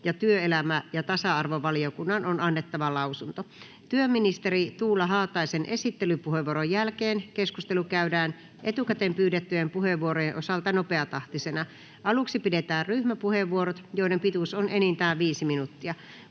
ja työelämä- ja tasa-arvovaliokunnan on annettava lausunto. Työministeri Tuula Haataisen esittelypuheenvuoron jälkeen keskustelu käydään etukäteen pyydettyjen puheenvuorojen osalta nopeatahtisena. Aluksi pidetään ryhmäpuheenvuorot, joiden pituus on enintään 5 minuuttia.